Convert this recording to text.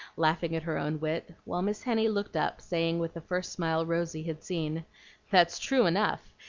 laughing at her own wit, while miss henny looked up, saying, with the first smile rosy had seen that's true enough!